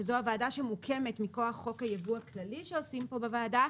שזו ועדה שמוקמת מכח חוק היבוא הכללי שעושים פה בוועדה,